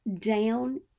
down